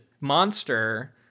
monster